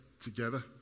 together